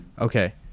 Okay